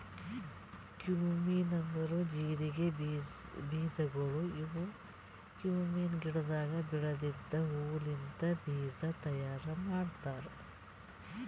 cumin ಅಂದುರ್ ಜೀರಿಗೆ ಬೀಜಗೊಳ್ ಇವು ಕ್ಯುಮೀನ್ ಗಿಡದಾಗ್ ಬೆಳೆದಿದ್ದ ಹೂ ಲಿಂತ್ ಬೀಜ ತೈಯಾರ್ ಮಾಡ್ತಾರ್